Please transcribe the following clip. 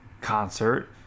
concert